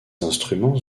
instruments